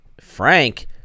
Frank